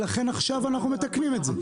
ולכן עכשיו אנחנו מתקנים את זה.